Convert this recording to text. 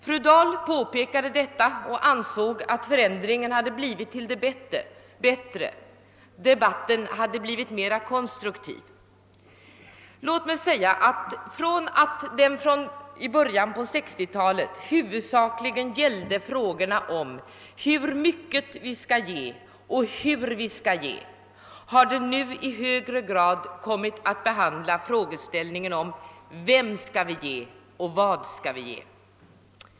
Fru Dahl påpekade detta och ansåg att förändringen hade varit till det bättre; debatten hade blivit mera konstruktiv. Låt mig säga att från att i början av 1960-talet huvudsakligen ha gällt frågorna om hur mycket vi skall ge och hur vi skall ge, har debatten nu i högre grad kommit att behandla frågeställningen om vem vi skall ge och vad vi skall ge.